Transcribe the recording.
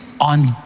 on